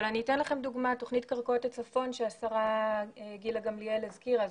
אני אתן לכם דוגמה על תכנית קרקעו הצפון שהשרה גילה גמליאל הזכירה.